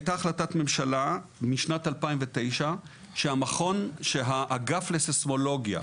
הייתה החלטת ממשלה משנת 2009 שהאגף לסיסמולוגיה,